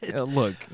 look